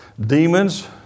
Demons